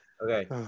Okay